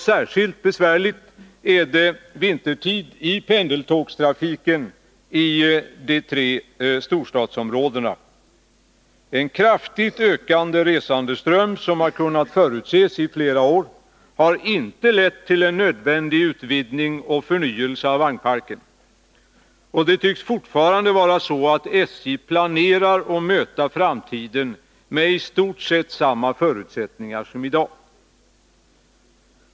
Särskilt besvärligt är det vintertid i pendeltågstrafiken i de tre storstadsområdena. En kraftigt ökande resandeström, som har kunnat förutses i flera år, har inte lett till en nödvändig utvidgning och förnyelse av vagnparken. Och det tycks forfarande vara så att SJ planerar att möta framtiden med i stort sett samma förutsättningar som i dag.